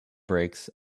brakes